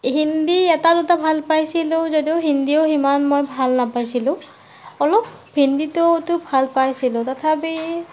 হিন্দী এটা দুটা ভাল পাইছিলোঁ যদিও হিন্দীও সিমান মই ভাল নাপাইছিলোঁ অলপ হিন্দীটোতো ভাল পাইছিলোঁ তথাপি